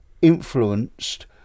influenced